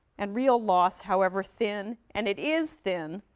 and real loss, however thin. and it is thin,